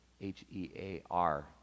H-E-A-R